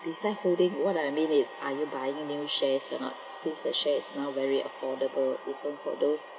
beside holding what I mean is are you buying new shares or not since the share is now very affordable even for those